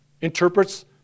interprets